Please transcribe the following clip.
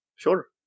Sure